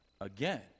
again